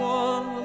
one